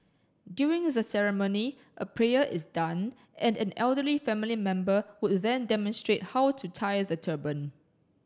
during the ceremony a prayer is done and an elderly family member would then demonstrate how to tie the turban